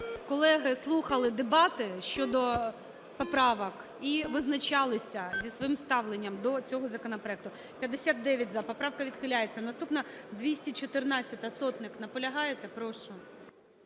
колеги слухали дебати щодо поправок і визначалися зі своїм ставленням до цього законопроекту. 10:17:46 За-59 Поправка відхиляється. Наступна – 214-а, Сотник. Наполягаєте? Прошу.